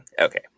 Okay